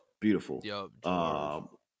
beautiful